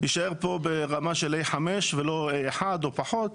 יישאר פה ברמה של א5 ולא א1 או פחות.